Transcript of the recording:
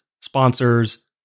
sponsors